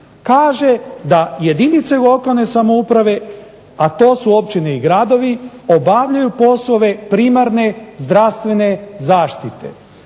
kaže da jedinice lokalne samouprave, a to su općine i gradovi, obavljaju poslove primarne zdravstvene zaštite.